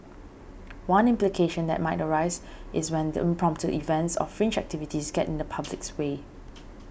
one implication that might arise is when the impromptu events or fringe activities get in the public's way